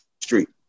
street